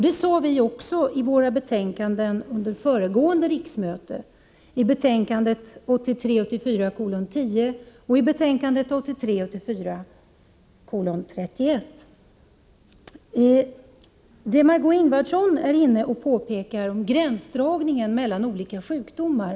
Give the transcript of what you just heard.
Det sade vi också i våra betänkanden under föregående riksmöte, nämligen betänkande 1983 84:31. Margé Ingvardsson tar upp frågan om gränsdragningen mellan olika sjukdomar.